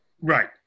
right